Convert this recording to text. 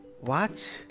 watch